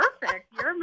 perfect